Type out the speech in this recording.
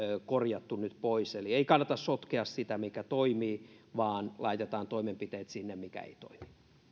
korjattu nyt pois eli ei kannata sotkea sitä mikä toimii vaan laitetaan toimenpiteet siihen mikä ei toimi